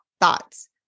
thoughts